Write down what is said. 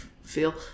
feel